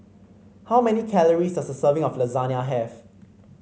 how many calories does a serving of Lasagna have